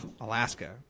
Alaska